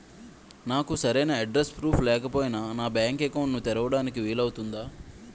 నాకు సరైన address proof లేకపోయినా బ్యాంక్ అకౌంట్ తెరవడానికి వీలవుతుందా?